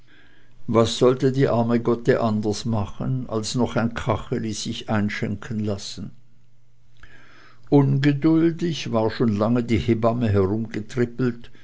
was sollte die arme gotte anders machen als noch ein kacheli sich einschenken lassen ungeduldig war schon lange die hebamme